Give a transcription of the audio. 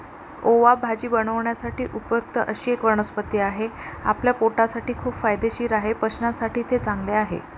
ओवा भाजी बनवण्यासाठी उपयुक्त अशी एक वनस्पती आहे, आपल्या पोटासाठी खूप फायदेशीर आहे, पचनासाठी ते चांगले आहे